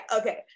okay